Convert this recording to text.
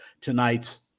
tonight's